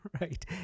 Right